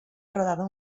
rodado